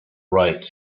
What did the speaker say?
right